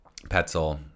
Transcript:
Petzl